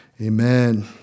Amen